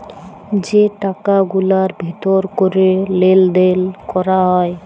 যে টাকা গুলার ভিতর ক্যরে লেলদেল ক্যরা হ্যয়